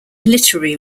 literary